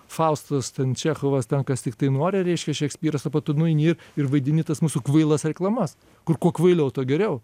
faustas ten čechovas ten kas tiktai nori reiškia šekspyras o po to nueini ir vaidini tas mūsų kvailas reklamas kur kuo kvailiau tuo geriau